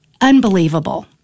unbelievable